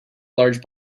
large